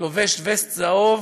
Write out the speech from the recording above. לובש וסט צהוב,